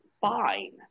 fine